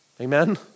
Amen